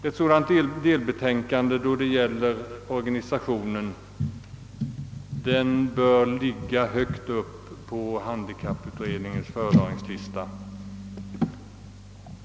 Ett delbetänkande angående organisationen bör ligga högt uppe på handikapputredningens föredragningslista.